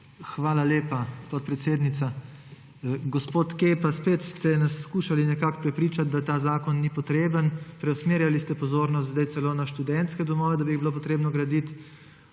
Hvala lepa, podpredsednica. Gospod Kepa spet ste nas skušali nekako prepričati, da ta zakon ni potreben. Preusmerjali ste pozornost zdaj celo na študentske domove, da bi jih bilo potrebno graditi.